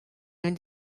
fynd